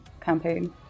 campaign